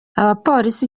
abapolisi